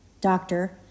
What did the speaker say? doctor